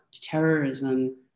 terrorism